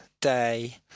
day